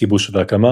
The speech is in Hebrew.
כיבוש והקמה